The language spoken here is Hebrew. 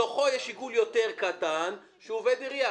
בתוכו יש עיגול יתר קטן שהוא עובד עירייה.